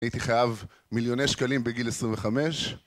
הייתי חייב מיליוני שקלים בגיל 25,